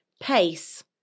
Pace